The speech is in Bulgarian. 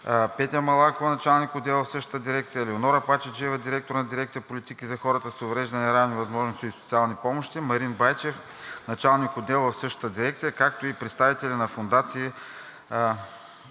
Петя Малакова – началник-отдел в същата дирекция, Елеонора Пачеджиева – директор на дирекция „Политика за хората с увреждания, равни възможности и социални помощи“, Марин Байчев – началник-отдел в същата дирекция, както и представители на фондации